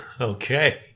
Okay